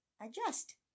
Adjust